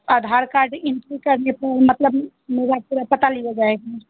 अधार card entry करने पर मतलब मेरा पूरा पता लिया जाएगा